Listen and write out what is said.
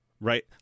Right